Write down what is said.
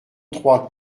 trois